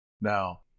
Now